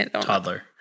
toddler